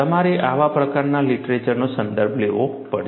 તમારે આવા પ્રકારના લીટરેચરનો સંદર્ભ લેવો પડશે